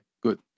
good